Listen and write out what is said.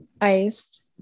iced